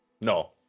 No